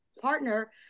partner